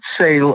say